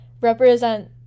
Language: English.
represent